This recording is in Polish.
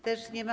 Też nie ma.